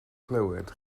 clywed